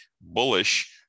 bullish